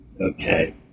okay